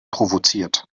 provoziert